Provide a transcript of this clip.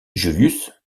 julius